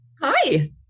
Hi